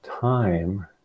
time